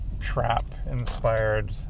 trap-inspired